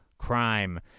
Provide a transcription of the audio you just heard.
crime